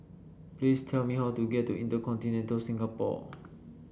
please tell me how to get to InterContinental Singapore